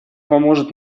поможет